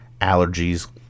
allergies